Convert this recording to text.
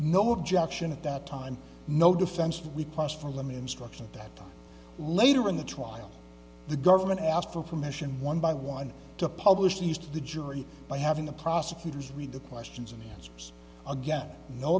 no objection at that time no defense requests for them instruction that later in the trial the government asked for permission one by one to publish these to the jury by having the prosecutors read the questions and answers again no